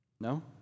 No